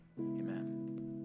amen